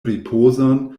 ripozon